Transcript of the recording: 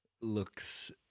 looks